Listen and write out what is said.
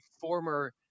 former